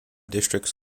districts